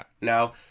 Now